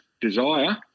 desire